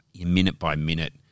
minute-by-minute